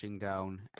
Down